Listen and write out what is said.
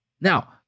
Now